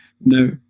No